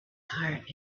heart